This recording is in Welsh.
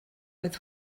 oedd